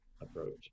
approach